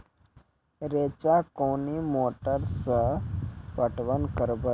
रेचा कोनी मोटर सऽ पटवन करव?